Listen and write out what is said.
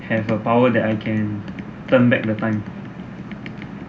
and a power that I can turn back the time